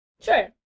Sure